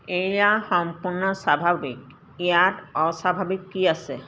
এইয়া সম্পূৰ্ণ স্বাভাৱিক ইয়াত অস্বাভাৱিক কি আছে